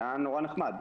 זה היה נורא נחמד.